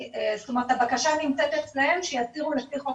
כלומר הבקשה נמצאת אצלם, שיצהירו לפי חוק